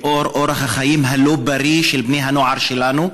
לאור אורח החיים הלא-בריא של בני הנוער שלנו,